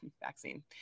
vaccine